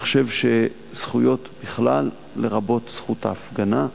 אני חושב שזכויות בכלל, לרבות זכות ההפגנה,